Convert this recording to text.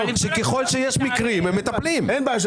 אין בעיה.